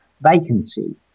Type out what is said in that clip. vacancy